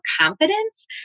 confidence